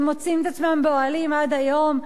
שמוצאים את עצמם באוהלים עד היום.